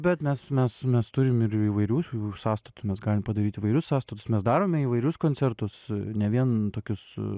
bet mes mes mes turim ir įvairių sąstatų mes galim padaryt įvairius sąstatus mes darome įvairius koncertus ne vien tokius